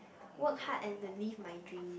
work hard and to live my dream